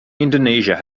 indonesia